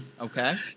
okay